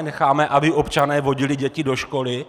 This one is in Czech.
Necháme, aby občané vodili děti do školy?